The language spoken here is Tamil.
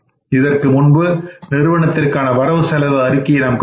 இதற்கு முன்பு நிறுவனத்திற்கான வரவு செலவு அறிக்கையை நாம் கண்டோம்